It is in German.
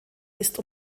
ist